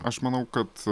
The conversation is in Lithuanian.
aš manau kad